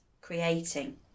creating